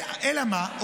אלא מה?